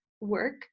work